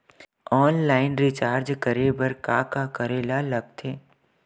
Online recharge करे बर का का करे ल लगथे?